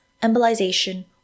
embolization